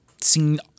seen